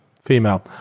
female